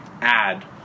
add